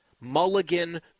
mulligan